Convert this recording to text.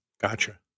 Gotcha